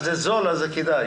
זה זול אז זה כדאי.